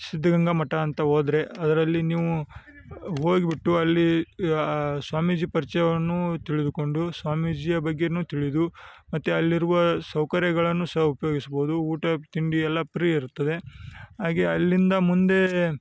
ಸಿದ್ಧಗಂಗ ಮಠ ಅಂತ ಹೋದ್ರೆ ಅದರಲ್ಲಿ ನೀವು ಹೋಗಿಬಿಟ್ಟು ಅಲ್ಲಿ ಸ್ವಾಮೀಜಿ ಪರಿಚಯವನ್ನು ತಿಳಿದುಕೊಂಡು ಸ್ವಾಮೀಜಿಯ ಬಗ್ಗೆ ತಿಳಿದು ಮತ್ತು ಅಲ್ಲಿರುವ ಸೌಕರ್ಯಗಳನ್ನು ಸಹ ಉಪಯೋಗಿಸ್ಬೌದು ಊಟ ತಿಂಡಿ ಎಲ್ಲ ಪ್ರೀ ಇರ್ತದೆ ಹಾಗೆ ಅಲ್ಲಿಂದ ಮುಂದೆ